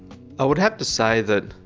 i would have to say that